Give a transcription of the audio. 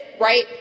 right